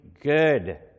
good